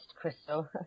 crystal